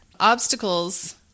obstacles